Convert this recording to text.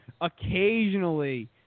occasionally